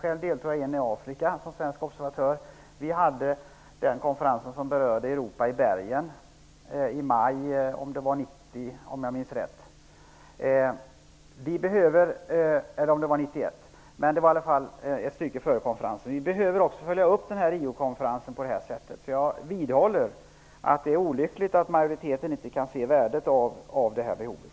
Jag deltog som svensk observatör i en konferens i Afrika. I Bergen hade vi, en tid före Vi behöver följa upp Riokonferensen på detta sätt. Jag vidhåller att det är olyckligt att majoriteten inte kan se värdet av det.